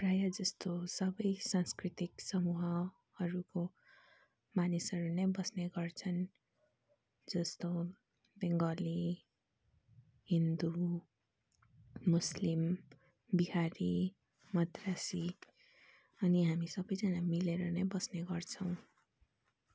प्रायः जस्तो सबै सांस्कृतिक समूहहरूको मानिसहरू नै बस्ने गर्छन् जस्तो बङ्गाली हिन्दू मुस्लिम बिहारी मद्रासी अनि हामी सबैजना मिलेर नै बस्ने गर्छौँ